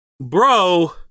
Bro